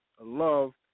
love